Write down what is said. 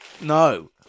No